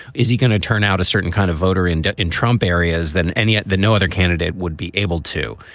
is he going to turn out a certain kind of voter in debt in trump areas than any of the no other candidate would be able to?